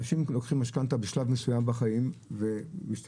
אנשים לוקחים משכנתא בשלב מסויים בחיים וזה משתנה,